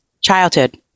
childhood